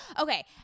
Okay